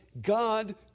God